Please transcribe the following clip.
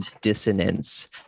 dissonance